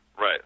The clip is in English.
Right